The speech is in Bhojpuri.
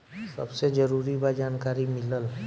सबसे जरूरी बा जानकारी मिलल